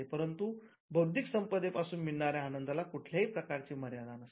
परंतु बौद्धिक संपदे पासून मिळणाऱ्या आनंदाला कुठल्याही प्रकारची मर्यादा नसते